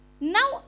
now